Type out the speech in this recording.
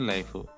Life